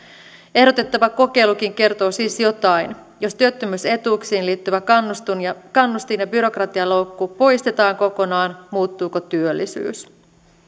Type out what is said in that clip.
ehdotettava kokeilukin kertoo siis jotain jos työttömyysetuuksiin liittyvä kannustin ja kannustin ja byrokratialoukku poistetaan kokonaan muuttuuko työllisyys